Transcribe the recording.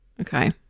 Okay